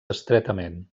estretament